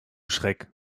schreck